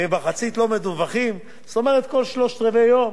ומחצית לא מדווחים, זאת אומרת כל שלושת-רבעי יום